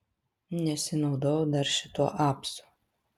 nesinaudojau dar šituo apsu